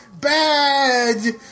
Bad